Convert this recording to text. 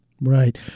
Right